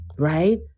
Right